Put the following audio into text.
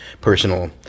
personal